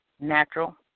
natural